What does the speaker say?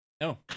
No